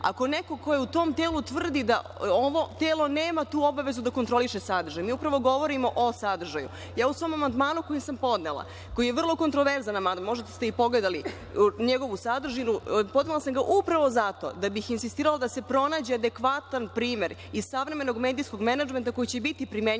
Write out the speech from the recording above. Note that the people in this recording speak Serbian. ako neko ko je u tom telu tvrdi da ovo telo nema tu obavezu da kontroliše sadržaj? Mi upravo govorimo o sadržaju.U svom amandmanu, koji sam podnela, koji je vrlo kontroverzan, možda ste i pogledali njegovu sadržinu, podnela sam ga upravo zato da bih insistirala da se pronađe adekvatan primer iz savremenog medijskog menadžmenta koji će biti primenjiv